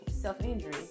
self-injury